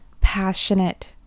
passionate